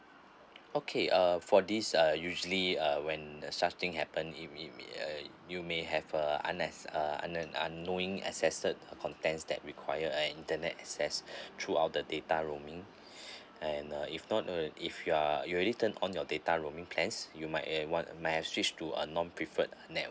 okay uh for this ah usually uh when uh such thing happen it it may you may have a unless uh un~ uh unknowning accessess contents that require an internet access throughout the data roaming and uh if not uh if you are already turn on your data roaming plans you might eh want might had switch to a none preferred network